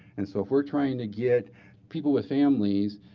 and so if we're trying to get people with families,